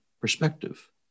perspective